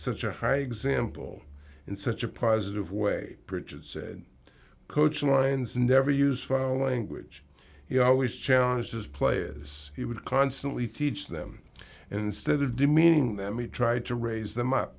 such a high example in such a positive way pritchard said coach lines never use foul language he always challenges players he would constantly teach them instead of demeaning them he tried to raise them up